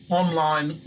online